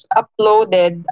uploaded